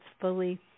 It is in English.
fully